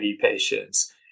patients